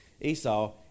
Esau